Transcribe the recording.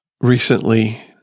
recently